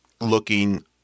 looking